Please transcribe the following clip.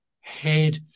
head